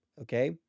Okay